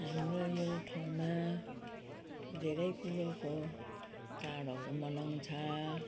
हाम्रो यो ठाउँमा धेरै कुरोको चाडहरू मनाउँछ